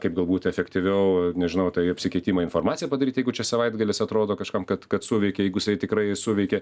kaip galbūt efektyviau nežinau tai apsikeitimą informacija padaryti jeigu čia savaitgalis atrodo kažkam kad kad suveikė jeigu jisai tikrai suveikė